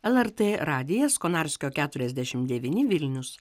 lrt radijas konarskio keturiasdešim devyni vilnius